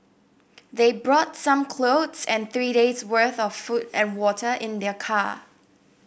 they brought some clothes and three days' worth of food and water in their car